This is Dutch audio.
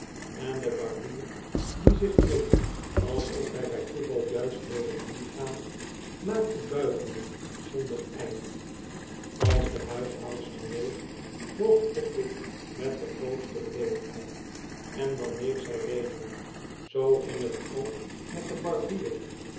en de barbier die zich hield alsof hjj by toeval juist wilde heengaan maakte buigingen zonder eind als de huishoudster neeg boog pickwick met de grootstebeleefdheid en dan neeg zij weder zooginghet ook met den barbier